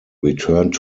returned